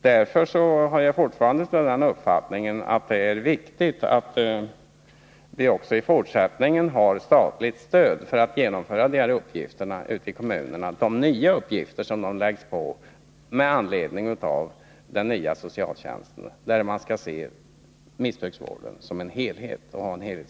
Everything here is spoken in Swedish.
Därför har jag fortfarande den uppfattningen, att det är viktigt att kommunerna också i fortsättningen får statligt stöd för att kunna genomföra de här uppgifterna — nya uppgifter som åläggs dem med anledning av den nya socialtjänsten, vilken innebär att missbruksvården skall ses som en helhet.